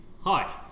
Hi